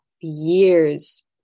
years